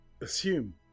Assume